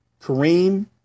Kareem